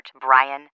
Brian